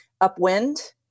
upwind